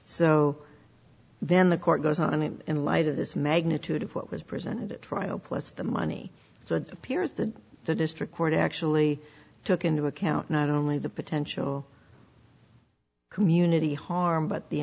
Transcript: so then the court goes on it in light of this magnitude of what was presented at trial plus the money so it appears that the district court actually took into account not only the potential community harm but the